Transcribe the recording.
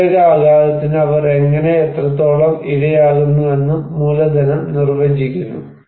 പ്രത്യേക ആഘാതത്തിന് അവർ എങ്ങനെ എത്രത്തോളം ഇരയാകുന്നുവെന്നും മൂലധനം നിർവചിക്കുന്നു